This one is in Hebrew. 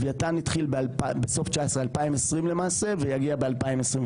לווייתן התחיל בסוף 2019 2020 למעשה ויגיע ב-2026.